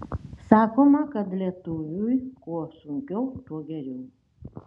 sakoma kad lietuviui kuo sunkiau tuo geriau